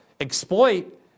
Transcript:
exploit